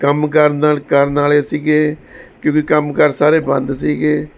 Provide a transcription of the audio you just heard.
ਕੰਮ ਕਰਨ ਨਾਲ ਕਰਨ ਵਾਲ਼ੇ ਸੀਗੇ ਕਿਉਂਕਿ ਕੰਮ ਕਾਰ ਸਾਰੇ ਬੰਦ ਸੀਗੇ